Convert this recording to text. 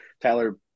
Tyler